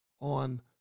on